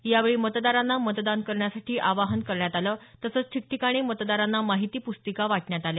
यावेळी मतदारांना मतदान करण्यासाठी आवाहन करण्यात आलं तसंच ठिकठिकाणी मतदारांना माहिती पुस्तिका वाटण्यात आल्या